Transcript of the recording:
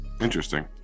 interesting